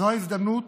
זו ההזדמנות